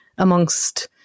amongst